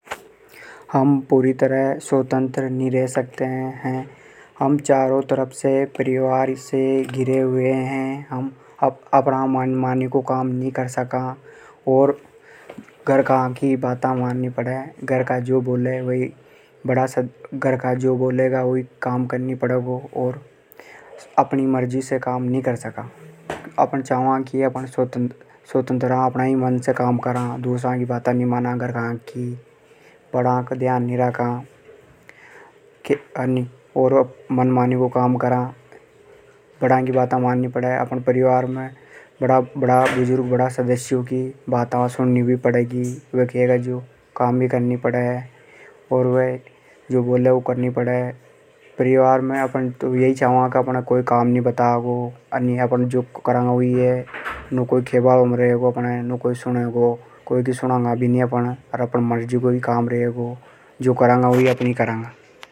हम पूरी तरह स्वतंत्र नहीं रह सकते हैं। हम चारों तरफ से परिवार से घिरे हुए हैं। अपणा मनमानी को काम नी कर सका। घर का की बात माननी पड़े। घर का जो बोलेगा वो काम करनी पड़ेगो। अपनी मर्जी से काम नी कर सका। अपण छावा के स्वतंत्र रा। अपनी मर्जी से काम करा। दूसरा की बात नी माना। बड़ा की ध्यान नी राखा। मनमानी को काम करा। बड़ा की बात माननी पड़े परिवार में। सुणनी भी पड़े। खे जो काम भी करनो पड़े।